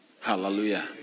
hallelujah